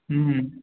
हूँ